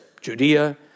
Judea